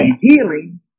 healing